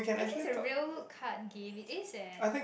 is this a real card game it is eh